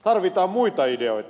tarvitaan muita ideoita